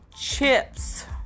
chips